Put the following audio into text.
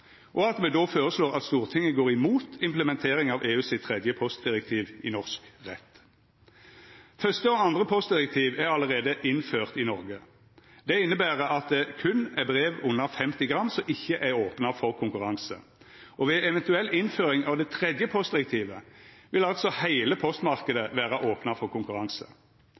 og at Stortinget går imot implementering av EU sitt tredje postdirektiv i norsk rett. Første og andre postdirektiv er allereie innført i Noreg. Det inneber at det berre er brev under 50 gram som ikkje er opna for konkurranse. Ved ei eventuell innføring av det tredje postdirektivet vil heile postmarknaden vera opna for konkurranse.